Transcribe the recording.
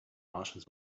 martians